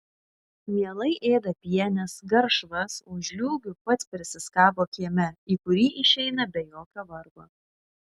mielai ėda pienes garšvas o žliūgių pats prisiskabo kieme į kurį išeina be jokio vargo